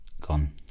Gone